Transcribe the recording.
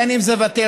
בין אם זה וטרינרים,